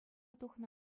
тухнӑ